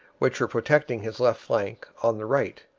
which were protecting his left flank on the right,